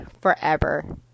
forever